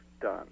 done